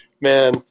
man